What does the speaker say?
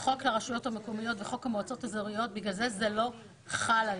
חוק הרשויות המקומיות וחוק המועצות האזוריות ולכן זה לא חל עליהן.